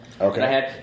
okay